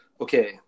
okay